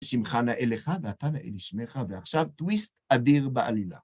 שמחה נאה לך ואתה נאה לשמחה, ועכשיו טוויסט אדיר בעלילה.